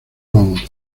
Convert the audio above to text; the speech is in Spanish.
road